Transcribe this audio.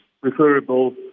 preferable